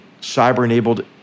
cyber-enabled